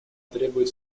требует